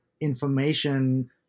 information